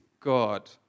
God